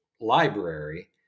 library